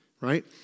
right